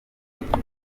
mukuru